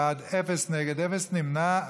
51 בעד, אפס נגד, אפס נמנעים.